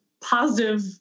positive